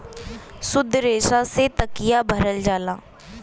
सुद्ध रेसा से तकिया भरल जाला